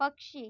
पक्षी